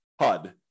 HUD